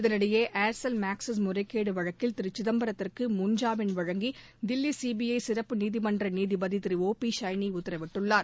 இதனிடையே Aircel Maxis முறைகேடு வழக்கில் திரு சிதம்பரத்திற்கு முன்ஜாமீன் வழங்கி தில்லி சிபிஐ சிறப்பு நீதிமன்ற நீதிபதி ஒ பி ஷஷனி உத்தரவிட்டுள்ளார்